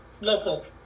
local